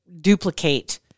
duplicate